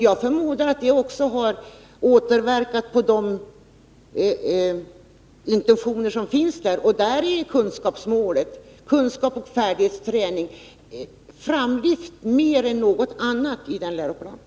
Jag förmodar att detta också har återverkat på de intentioner som finns här, och kunskapsoch färdighetsträningen är ju framlyft mer än något annat i läroplanen.